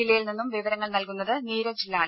ജില്ലയിൽ നിന്നും വിവരങ്ങൾ നൽകുന്നത് നീരജ് ലാൽ